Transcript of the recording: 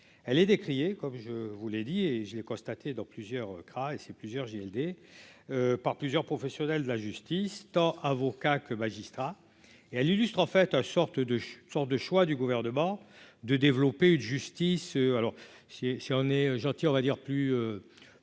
elle est décriée comme je vous l'ai dit, et je l'ai constaté dans plusieurs gras et c'est plusieurs JLD par plusieurs professionnels de la justice tant avocat que magistrats et elle illustre en fait un sorte de sorte de choix du gouvernement de développer une justice alors si, si on est gentil, on va dire, plus,